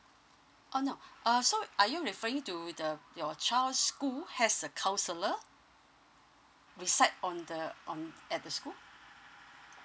uh no uh so are you referring to the your child's school has a counsellor reside on the on at the school